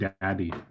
daddy